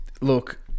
look